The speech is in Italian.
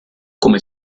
come